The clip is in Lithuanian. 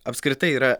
apskritai yra